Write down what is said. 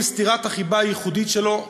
עם סטירת החיבה הייחודית שלו,